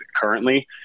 currently